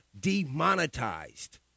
demonetized